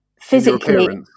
physically